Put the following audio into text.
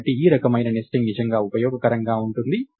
కాబట్టి ఈ రకమైన నెస్టింగ్ నిజంగా ఉపయోగకరంగా ఉంటుంది